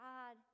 God